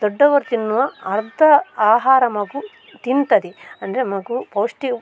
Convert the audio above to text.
ದೊಡ್ಡವರು ತಿನ್ನುವ ಅರ್ಧ ಆಹಾರ ಮಗು ತಿಂತದೆ ಅಂದರೆ ಮಗು ಪೌಷ್ಠಿ